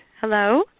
Hello